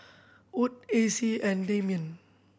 Wood Acey and Dameon